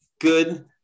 Good